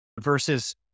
versus